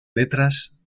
letras